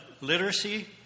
literacy